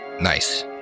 Nice